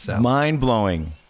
Mind-blowing